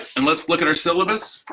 and let's look at our syllabus,